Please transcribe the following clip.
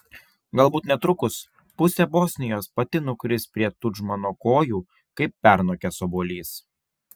galbūt netrukus pusė bosnijos pati nukris prie tudžmano kojų kaip pernokęs obuolys